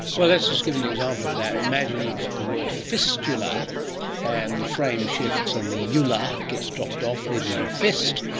let's just give an example of that. imagine you've got the word fistula and the frame shifts and the ula gets dropped off, leaving you fist,